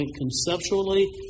conceptually